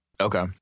Okay